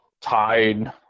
tide